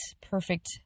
perfect